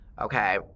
okay